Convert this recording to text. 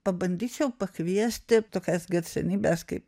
pabandyčiau pakviesti tokias garsenybes kaip